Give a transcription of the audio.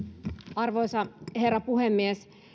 arvoisa herra puhemies